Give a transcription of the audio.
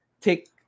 take